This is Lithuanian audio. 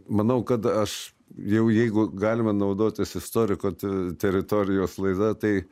manau kad aš jau jeigu galima naudotis istoriko t teritorijos laida tai